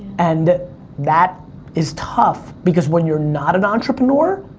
and that is tough, because when you're not an entrepreneur,